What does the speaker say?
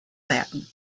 latin